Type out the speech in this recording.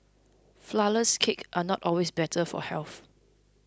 flourless cake are not always better for health